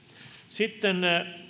sitten